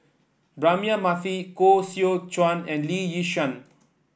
Braema Mathi Koh Seow Chuan and Lee Yi Shyan